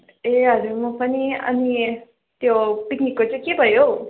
ए हजुर म पनि अनि त्यो पिकनिकको चाहिँ के भयो हौ